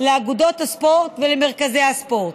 לאגודות הספורט ולמרכזי הספורט.